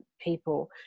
people